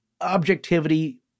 objectivity